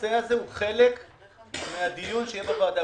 הנושא הזה הוא חלק מהדיון שיהיה בוועדה?